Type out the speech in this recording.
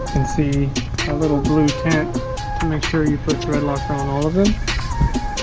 and see a little blue tent to make sure you put threadlocker on all of them.